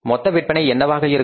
மொத்த விற்பனை என்னவாக இருக்கும்